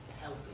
Healthy